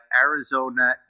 Arizona